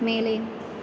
மேலே